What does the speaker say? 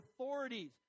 authorities